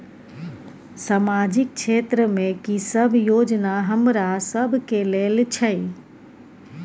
सामाजिक क्षेत्र में की सब योजना हमरा सब के लेल छै?